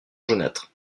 jaunâtre